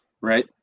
right